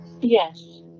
Yes